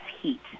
heat